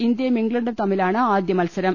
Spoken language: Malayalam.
ഇന്ത്യയും ഇംഗ്ലണ്ടും തമ്മിലാണ് ആദ്യമത്സരം